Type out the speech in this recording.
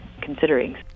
considering